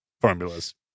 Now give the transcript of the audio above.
formulas